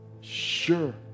sure